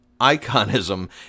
iconism